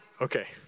Okay